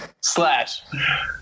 Slash